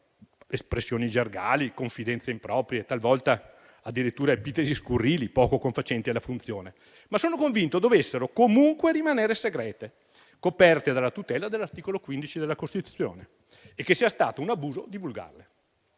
espressioni gergali, confidenze improprie, talvolta addirittura epiteti scurrili, poco confacenti alla funzione, ma sono convinto dovessero comunque rimanere segrete, coperte dalla tutela dell'articolo 15 della Costituzione, e che sia stato un abuso divulgarle.